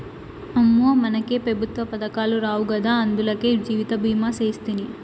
అమ్మో, మనకే పెఋత్వ పదకాలు రావు గదా, అందులకే జీవితభీమా సేస్తిని